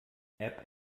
app